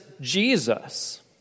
Jesus